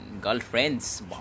Girlfriends